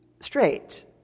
straight